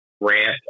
rant